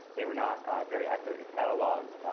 they were not very accurately cataloged